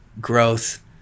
growth